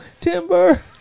Timber